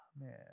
Man